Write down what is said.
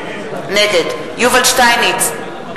נגד יובל שטייניץ,